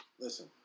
Listen